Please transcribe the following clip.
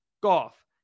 golf